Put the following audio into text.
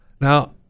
Now